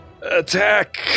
attack